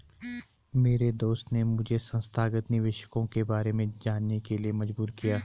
मेरे दोस्त ने मुझे संस्थागत निवेशकों के बारे में जानने के लिए मजबूर किया